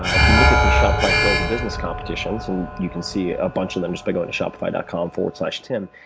if you look at the shelf-like build-a-business competitions, and you can see a bunch of them just by going to shopify dot com slash tim,